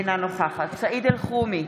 אינה נוכחת סעיד אלחרומי,